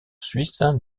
suisse